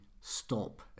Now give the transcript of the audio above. stop